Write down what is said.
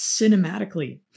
cinematically